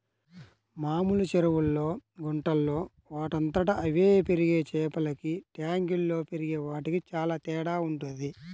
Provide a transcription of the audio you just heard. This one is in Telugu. మామూలు చెరువుల్లో, గుంటల్లో వాటంతట అవే పెరిగే చేపలకి ట్యాంకుల్లో పెరిగే వాటికి చానా తేడా వుంటది